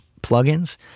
plugins